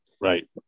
Right